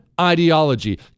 ideology